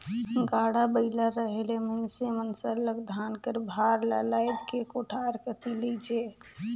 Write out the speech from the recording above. गाड़ा बइला रहें ले मइनसे मन सरलग धान कर भार ल लाएद के कोठार कती लेइजें